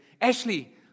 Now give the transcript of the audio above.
Ashley